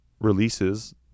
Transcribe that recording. releases